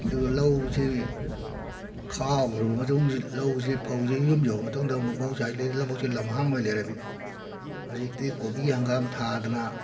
ꯑꯗꯨꯒ ꯂꯧꯁꯤ ꯈꯥꯎꯒ꯭ꯔꯕ ꯃꯇꯨꯡꯁꯤꯗ ꯂꯧꯁꯤ ꯐꯧꯁꯤ ꯌꯨꯝ ꯌꯧꯔ ꯃꯇꯨꯡꯗ ꯑꯃꯨꯛ ꯃꯍꯧꯁꯥꯗꯤ ꯂꯕꯨꯛꯁꯤ ꯂꯝꯍꯥꯡ ꯑꯣꯏꯅ ꯂꯩꯔꯝꯃꯤ ꯍꯧꯖꯤꯛꯇꯤ ꯀꯣꯕꯤ ꯍꯪꯒꯥꯝ ꯊꯥꯗꯅ